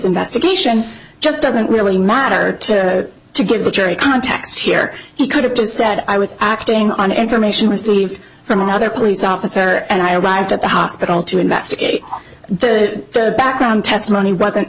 investigation just doesn't really matter to to give the jury context here he could have just said i was acting on information received from another police officer and i arrived at the hospital to investigate the background testimony wasn't